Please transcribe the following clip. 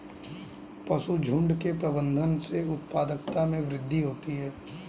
पशुझुण्ड के प्रबंधन से उत्पादकता में वृद्धि होती है